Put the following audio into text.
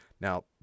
Now